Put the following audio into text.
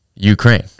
Ukraine